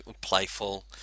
playful